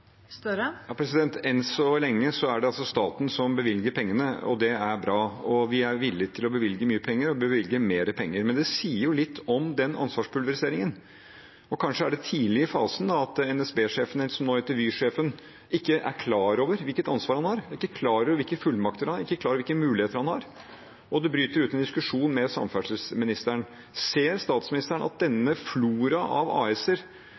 Enn så lenge er det altså staten som bevilger pengene, og det er bra. Vi er villige til å bevilge mye penger og bevilge mer penger. Men det sier litt om ansvarspulveriseringen – kanskje er det tidlig i fasen – at NSB-sjefen, som nå heter Vy-sjefen, ikke er klar over hvilket ansvar han har, hvilke fullmakter han har, hvilke muligheter han har, og at det bryter ut en diskusjon med samferdselsministeren. Ser statsministeren at denne floraen av